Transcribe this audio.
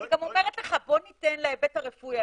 אני גם אומרת לך: בוא ניתן להיבט הרפואי.